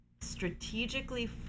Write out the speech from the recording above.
strategically